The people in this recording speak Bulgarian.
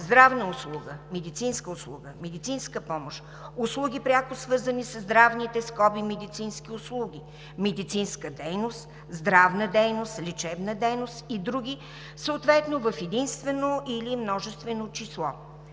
„здравна услуга“, „медицинска услуга“, „медицинска помощ“, „услуги пряко свързани със здравните (медицински) услуги“, „медицинска дейност“, „здравна дейност“, „лечебна дейност“ и други, съответно в единствено или в множествено число.